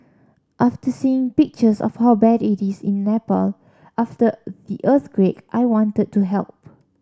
after seeing pictures of how bad it is in Nepal after the earthquake I wanted to help